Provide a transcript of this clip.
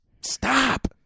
Stop